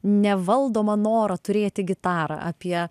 nevaldomą norą turėti gitarą apie